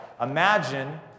Imagine